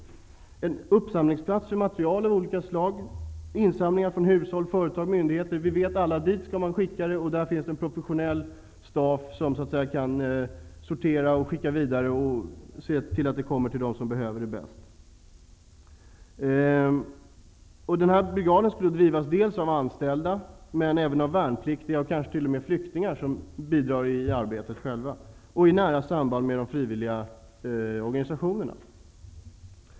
Det skulle bli en uppsamlingsplats för material av olika slag från insamlingar bland hushåll, företag och myndigheter. Alla skulle veta att det är dit som man skall skicka det insamlade. Där skall finnas en professionell stad, som kan sortera och skicka materialet vidare till dem som behöver det bäst. Brigaden skulle drivas dels av anställda, dels av värnpliktiga och kanske t.o.m. av flyktingar, i nära samarbete med de frivilliga organisationerna.